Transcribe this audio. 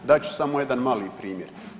Dat ću samo jedan mali primjer.